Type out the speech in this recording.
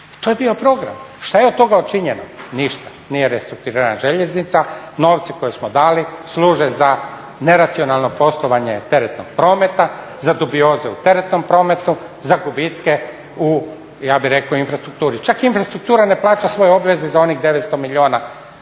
To je bio program. Što je od toga učinjeno? Ništa, nije restrukturirana željeznica, novci koje smo dali služe za neracionalno poslovanje teretnog prometa, za dubioze u teretnom prometu za gubitke u, ja bih rekao, infrastrukturi. Čak infrastruktura ne plaća svoje obveze za onih 900 milijuna